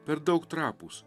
per daug trapūs